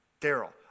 Daryl